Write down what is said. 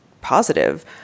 positive